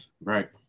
Right